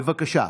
בבקשה.